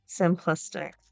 simplistic